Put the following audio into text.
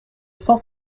cent